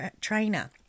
trainer